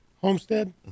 homestead